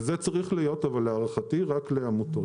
וזה צריך להיות להערכתי רק לעמותות.